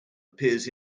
appears